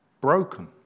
broken